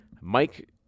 Mike